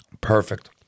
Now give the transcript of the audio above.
Perfect